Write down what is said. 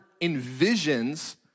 envisions